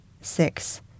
six